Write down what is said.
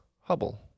Hubble